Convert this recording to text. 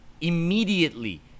immediately